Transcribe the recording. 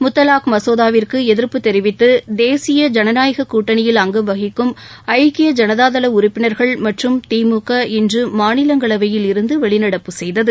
முத்தலாக் மசோதாவிற்கு எதிர்ப்பு தெரிவித்து தேசிய ஜனநாயக கூட்டணியில் அங்கம் வகிக்கும் ஐக்கிய ஜனதாதள உறுப்பினர்கள் மற்றும் திமுக இன்று மாநிலங்களவையில் இருந்து வெளிநடப்பு செய்தனர்